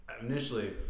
initially